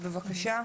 בבקשה.